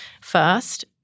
first